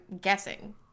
guessing